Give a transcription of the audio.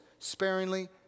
Sparingly